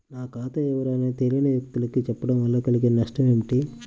నా ఖాతా వివరాలను తెలియని వ్యక్తులకు చెప్పడం వల్ల కలిగే నష్టమేంటి?